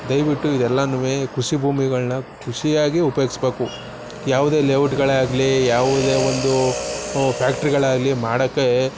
ದಯವಿಟ್ಟು ಇದೆಲ್ಲನು ಕೃಷಿ ಭೂಮಿಗಳ್ನ ಕೃಷಿಯಾಗೆ ಉಪಯೋಗಿಸ್ಬೇಕು ಯಾವುದೇ ಲೇಔಟುಗಳೆ ಆಗಲಿ ಯಾವುದೇ ಒಂದು ಫ್ಯಾಕ್ಟ್ರಿಗಳೇ ಆಗಲಿ ಮಾಡೋಕೆ